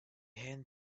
hand